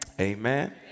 amen